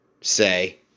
say